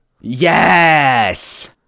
Yes